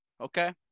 Okay